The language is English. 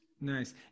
Nice